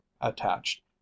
attached